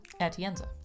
Atienza